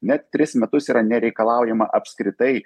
net tris metus yra nereikalaujama apskritai